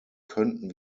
könnten